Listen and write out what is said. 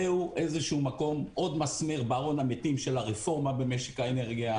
זה עוד מסמר בארון המתים של הרפורמה במשק האנרגיה.